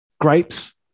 Grapes